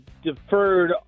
deferred